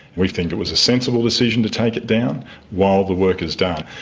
we think it was a sensible decision to take it down while the work is done.